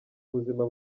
buzima